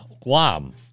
Guam